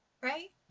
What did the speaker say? right